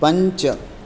पञ्च